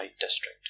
district